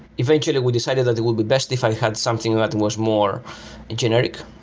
eventually we decided that it will be best if i had something that was more generic,